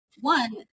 one